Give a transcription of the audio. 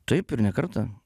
taip ir ne kartą